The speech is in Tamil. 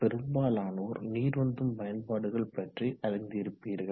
பெரும்பாலானோர் நீர் உந்தும் பயன்பாடுகள் பற்றி அறிந்திருப்பீர்கள்